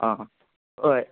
ꯑꯥ ꯍꯣꯏ